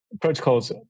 protocols